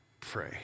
pray